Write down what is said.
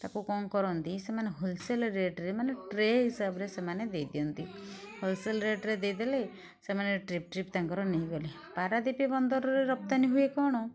ତାକୁ କଣ କରନ୍ତି ସେମାନେ ହୋଲ୍ସେଲ୍ ରେଟ୍ରେ ମାନେ ଟ୍ରେ ହିସାବରେ ସେମାନେ ଦେଇ ଦିଅନ୍ତି ହୋଲ୍ସେଲ୍ ରେଟ୍ରେ ଦେଇଦେଲେ ସେମାନେ ଟ୍ରିପ୍ ଟ୍ରିପ୍ ତାଙ୍କର ନେଇଗଲେ ପାରାଦ୍ୱୀପ ବନ୍ଦରରେ ରପ୍ତାନୀ ହୁଏ କଣ